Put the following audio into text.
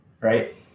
Right